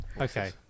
Okay